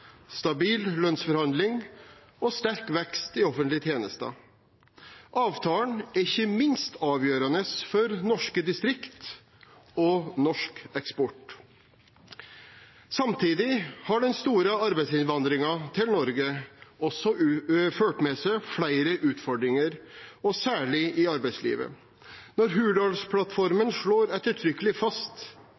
stabil lønnsforhandling og sterk vekst i offentlige tjenester. Avtalen er ikke minst avgjørende for norske distrikt og norsk eksport. Samtidig har den store arbeidsinnvandringen til Norge også ført med seg flere utfordringer – og særlig i arbeidslivet. Når Hurdalsplattformen ettertrykkelig slår fast